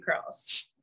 curls